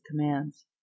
commands